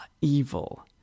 evil